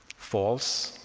false,